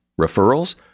Referrals